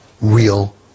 real